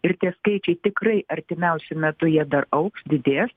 ir tie skaičiai tikrai artimiausiu metu jie dar augs didės